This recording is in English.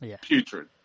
putrid